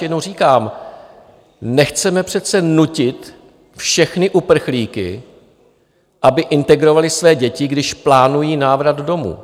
A já ještě jednou říkám, nechceme přece nutit všechny uprchlíky, aby integrovali své děti, když plánují návrat domů.